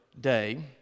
day